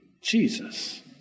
Jesus